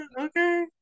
Okay